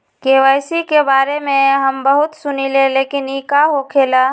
KYC के बारे में हम बहुत सुनीले लेकिन इ का होखेला?